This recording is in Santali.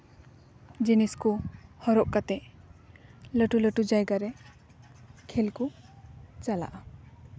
ᱡᱤᱱᱤᱥ ᱠᱚ ᱦᱚᱨᱚᱜ ᱠᱟᱛᱮ ᱞᱟᱹᱴᱩ ᱞᱟᱹᱴᱩ ᱡᱟᱭᱜᱟᱨᱮ ᱠᱷᱮᱞ ᱠᱚ ᱪᱟᱞᱟᱜᱼᱟ